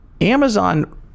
Amazon